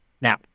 Now